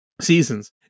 seasons